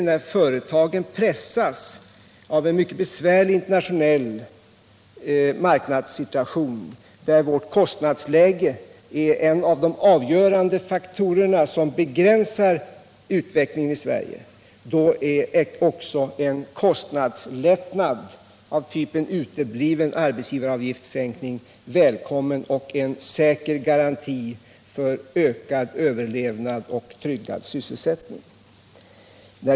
När företagen pressas av en mycket besvärlig internationell marknadssituation, där vårt kostnadsläge är en av de avgörande faktorer som begränsar utvecklingen i Sverige, är givetvis också en kostnadslättnad av typen utebliven höjning av arbetsgivaravgiften välkommen och en säker garanti för bättre överlevnad och tryggad sysselsättning.